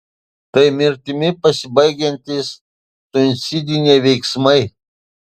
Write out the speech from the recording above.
tai mirtimi pasibaigiantys suicidiniai veiksmai